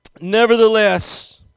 Nevertheless